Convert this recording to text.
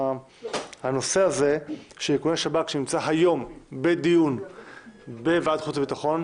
הנושא של איכוני שב"כ נמצא היום בדיון בוועדת חוץ וביטחון,